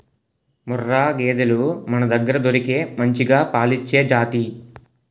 ముర్రా గేదెలు మనదగ్గర దొరికే మంచిగా పాలిచ్చే జాతి